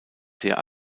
sehr